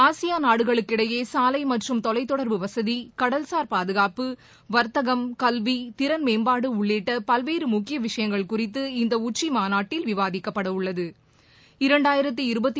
ASEAN நாடுகளுக்கிடையேசாலைமற்றும் தொலைத்தொடர்பு வசதி கடல்சார் பாதுகாப்பு வர்த்தகம் கல்வி திறன்மேம்பாடுஉள்ளிட்டபல்வேறுமுக்கியவிஷயங்கள் குறித்து இந்தஉச்சிமாநாட்டில் விவாதிக்கப்படவுள்ளது